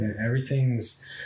everything's